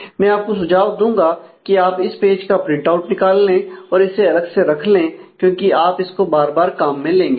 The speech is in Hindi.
मैं आपको सुझाव दूंगा कि आप इस पेज का प्रिंटआउट निकाल ले और इसे अलग से रख ले क्योंकि आप इसको बार बार काम में लेंगे